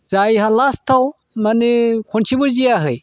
जायहा लास्टआव माने खनसेबो जेनाखै